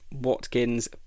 Watkins